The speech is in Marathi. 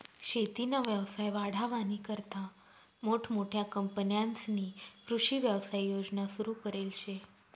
शेतीना व्यवसाय वाढावानीकरता मोठमोठ्या कंपन्यांस्नी कृषी व्यवसाय योजना सुरु करेल शे